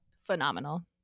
Phenomenal